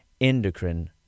endocrine